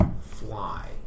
fly